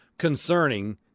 concerning